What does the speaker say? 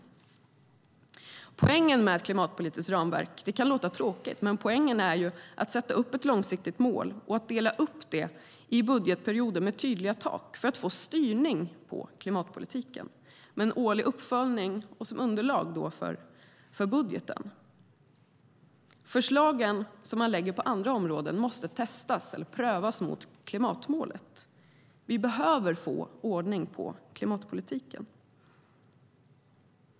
Det kan låta tråkigt med ett klimatpolitiskt ramverk, men poängen är ju att sätta upp ett långsiktigt mål och dela upp det i budgetperioder med tydliga tak för att få styrning på klimatpolitiken med en årlig uppföljning som underlag för budgeten. De förslag man lägger fram på andra områden måste testas eller prövas mot klimatmålet. Vi behöver få ordning på klimatpolitiken.